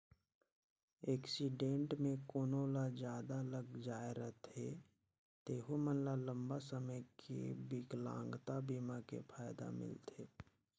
accident मे कोनो ल जादा लग जाए रथे तेहू मन ल लंबा समे के बिकलांगता बीमा के फायदा मिलथे